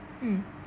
mm